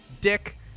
dick